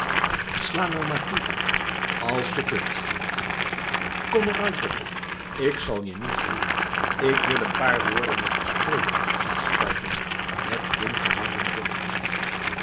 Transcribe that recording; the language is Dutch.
sla nou maar toe als je kunt kom er uit bochel ik zal je niets doen ik wil een paar woorden met je spreken zegt strijkman met ingehouden drift